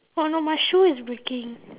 oh no my shoe is breaking